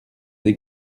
des